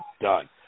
done